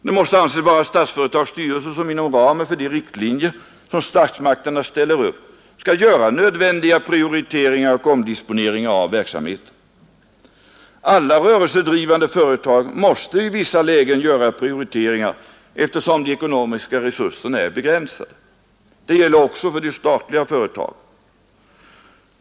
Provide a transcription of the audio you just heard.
Det måste anses vara Statsföretags styrelse som, inom ramen för de riktlinjer som statsmakterna ställer upp, skall göra nödvändiga prioriteringar och omdisponeringar av verksamheten. Alla rörelsedrivande företag måste i vissa lägen göra prioriteringar, eftersom de ekonomiska resurserna är begränsade. Detta gäller också för statliga företag.